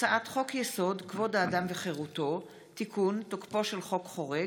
הארכת תוקף),